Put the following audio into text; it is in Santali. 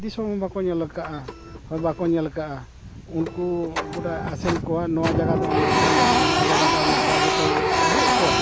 ᱫᱤᱥᱚᱢ ᱦᱚᱸ ᱵᱟᱠᱚ ᱧᱮᱞ ᱟᱠᱟᱫᱼᱟ ᱦᱚᱭ ᱵᱟᱠᱚ ᱧᱮᱞ ᱟᱠᱟᱫᱼᱟ ᱩᱱᱠᱩ ᱜᱚᱴᱟ ᱟᱥᱮᱱ ᱠᱚᱣᱟ ᱱᱚᱣᱟ ᱡᱟᱭᱜᱟ ᱫᱚ ᱱᱚᱝᱠᱟᱱᱟ ᱱᱚᱣᱟ ᱡᱟᱭᱜᱟ ᱫᱚ ᱱᱚᱝᱠᱟ ᱡᱚᱛᱚᱭ ᱩᱫᱩᱜ ᱟᱠᱚᱣᱟ